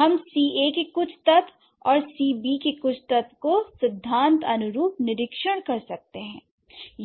हम C a के कुछ तत्व और C b के कुछ तत्व को सिद्धांत अनुरूप निरीक्षण कर सकते हैं